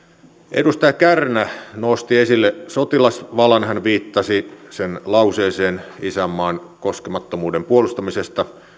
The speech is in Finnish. edustaja kärnä nosti esille sotilasvalan hän viittasi sen lauseeseen isänmaan koskemattomuuden puolustamisesta